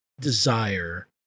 desire